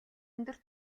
өндөр